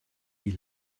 die